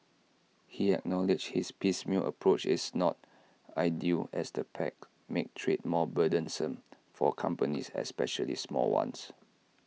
he acknowledged this piecemeal approach is not ideal as the pacts make trade more burdensome for companies especially small ones